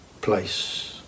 place